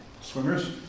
swimmers